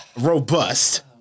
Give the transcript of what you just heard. robust